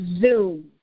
Zoom